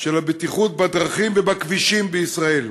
של הבטיחות בדרכים ובכבישים בישראל.